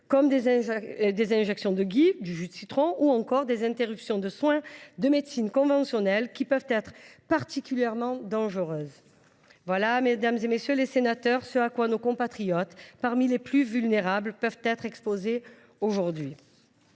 : des injections de gui, du jus de citron, ou encore des interruptions de soins de médecine conventionnelle, qui peuvent se révéler particulièrement dangereuses. Voilà, mesdames, messieurs les sénateurs, ce à quoi nos compatriotes les plus vulnérables peuvent être exposés aujourd’hui